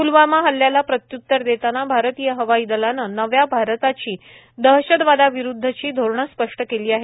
प्लवामा हल्ल्याला प्रत्युत्तर देताना भारतीय हवाई दलानं नव्या भारताची दहशतवादाविरुद्धची धोरणं स्पष्ट केली आहेत